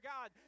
God